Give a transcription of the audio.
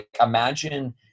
imagine